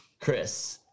Chris